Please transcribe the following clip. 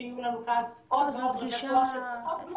שיהיו לנו כאן עוד ועוד מטפלים בשפות,